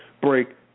break